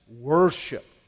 worship